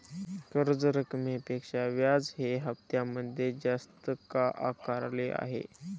कर्ज रकमेपेक्षा व्याज हे हप्त्यामध्ये जास्त का आकारले आहे?